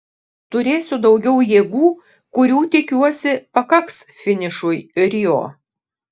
turėsiu daugiau jėgų kurių tikiuosi pakaks finišui rio